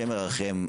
השם ירחם,